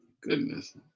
goodness